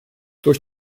durch